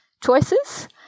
choices